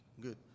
good